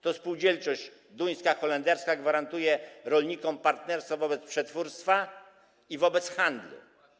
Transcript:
To spółdzielczość duńska, holenderska gwarantuje rolnikom partnerstwo wobec przetwórstwa i wobec handlu.